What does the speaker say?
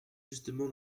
justement